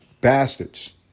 bastards